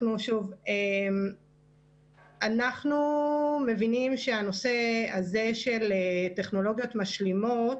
וכו' אנחנו מבינים שהנושא הזה של טכנולוגיות משלימות,